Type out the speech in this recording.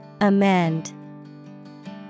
Amend